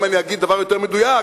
אם אגיד דבר יותר מדויק,